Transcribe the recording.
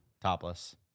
Topless